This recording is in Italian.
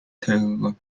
terra